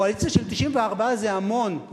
קואליציה של 94 זה המון,